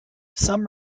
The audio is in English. some